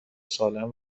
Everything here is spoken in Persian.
سالهام